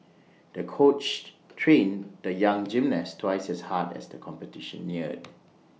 the coach trained the young gymnast twice as hard as the competition neared